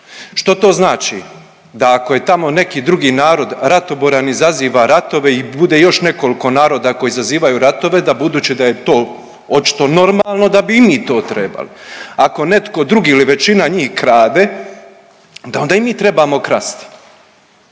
što to znači da ako je tamo neki drugi narod ratoboran, izaziva ratove i bude još nekoliko naroda koji zazivaju ratove da budući da je to očito normalno da bi i mi to trebali. Ako netko drugi ili većina njih krade, da onda i mi trebamo krasti.